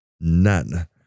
none